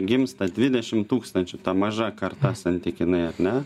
gimsta dvidešim tūkstančių ta maža karta santykinai ar ne